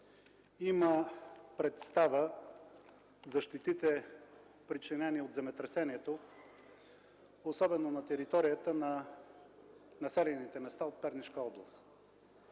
има представа за щетите, причинени от земетресението, особено на територията на населените места от Пернишка област